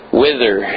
wither